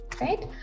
right